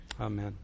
Amen